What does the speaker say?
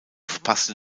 verpasste